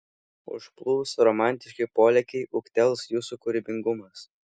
užplūs romantiški polėkiai ūgtels jūsų kūrybingumas